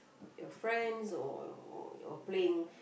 your friends or or or your playing